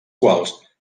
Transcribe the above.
quals